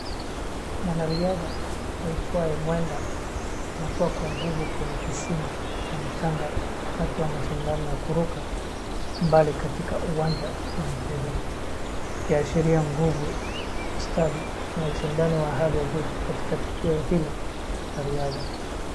Mwanariadha aitwaye Mwenda anatua kwa nguvu kwenye kisima cha mchanga wakati wa mashindano ya kuruka mbali katika uwanja wa michezo akiashiria nguvu, ustadi na ushindani wa hali ya juu katika tukuo hilo la riadha .